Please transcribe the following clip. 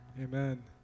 Amen